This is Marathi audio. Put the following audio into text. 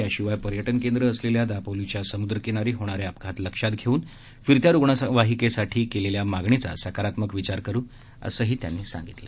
याशिवाय पर्यटनकेंद्र असलेल्या दापोलीच्या समुद्रकिनारी होणारे अपघात लक्षात घेऊन फिरत्या रुग्णवाहिकेसाठी केलेल्या मागणीचा सकारात्मक विचार करु असं आश्वासनही टोपे यांनी यावेळी दिलं